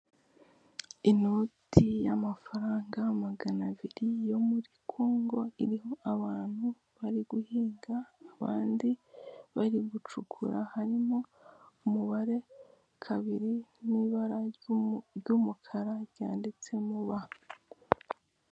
Inoti y'amafaranga magana abiri yo muri Kongo, iriho abantu bari guhinga, abandi bari gucukura, harimo umubare kabiri n'ibara ry'umukara ryanditsemo ba.